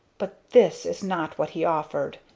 but this is not what he offered!